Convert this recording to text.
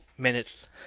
minutes